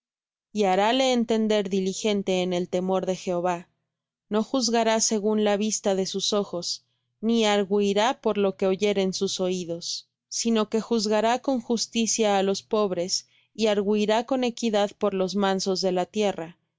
y harále entender diligente en el temor de jehová no juzgará según la vista de sus ojos ni argüirá por lo que oyeren sus oídos sino que juzgará con justicia á los pobres y argüirá con equidad por los mansos de la tierra